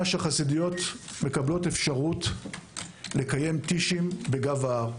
שהחסידויות מקבלות אפשרות לקיים טישים בגב ההר.